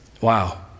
Wow